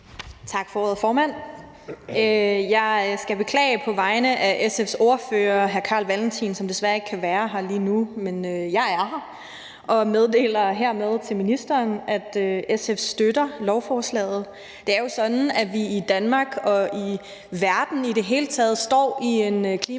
Tak for ordet, formand. Jeg skal på vegne af SF's ordfører, hr. Carl Valentin, beklage, at han desværre ikke kan være her lige nu, men jeg er her, og jeg meddeler hermed til ministeren, at SF støtter lovforslaget. Det er jo sådan, at vi i Danmark og i verden i det hele taget står i en klimakrise